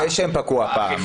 לפני שהן פקעו הפעם.